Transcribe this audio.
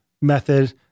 method